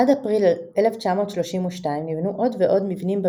עד אפריל 1932 נבנו עוד ועוד מבנים במשק,